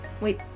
Wait